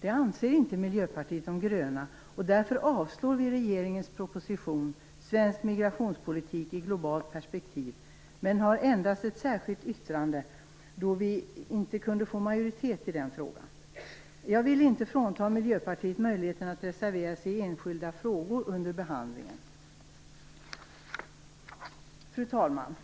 Det anser inte Miljöpartiet de gröna, och därför vill vi avslå regeringens proposition Svensk migrationspolitik i globalt perspektiv, men vi har endast ett särskilt yttrande, då vi inte har kunnat få majoritet i frågan. Jag vill inte frånta Miljöpartiet möjligheten att reservera sig i enskilda frågor under behandlingen. Fru talman!